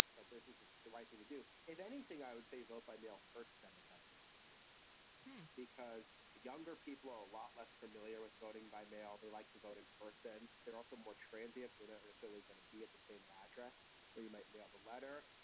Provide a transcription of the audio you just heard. but this is the right thing to do if anything, i would say vote by mail hurts democratic constituencies because younger people are a lot less familiar with voting by mail. they like to vote in person. they're also more transients that they're certainly going to be at the same address where you might mail the letter.